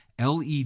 LED